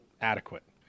adequate